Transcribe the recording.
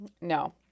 No